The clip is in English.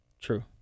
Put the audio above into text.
True